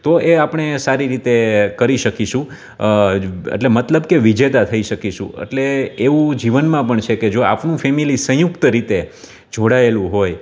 તો એ આપણે સારી રીતે કરી શકીશું એટલે મતલબ કે વિજેતા થઈ શકીશું એટલે એવું જીવનમાં પણ છે કે જો આપણું ફેમેલી સંયુક્ત રીતે જોડાએલું હોય